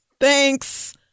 Thanks